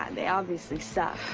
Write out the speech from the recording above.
and they obviously. so